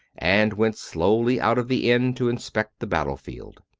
and went slowly out of the inn to inspect the battlefield.